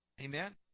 Amen